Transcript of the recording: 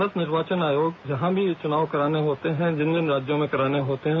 भारत निर्वाचन आयोग जहां भी ये चुनाव करवाने होते हैं जिन जिन राज्यों में कराने होते हैं